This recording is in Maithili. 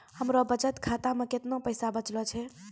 हमरो बचत खाता मे कैतना पैसा बचलो छै?